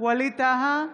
ווליד טאהא,